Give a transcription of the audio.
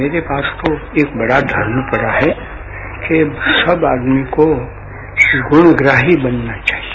मेरे पास तो एक बड़ा धर्म पड़ा है कि सब आदमी को गुणग्राही बनना चाहिए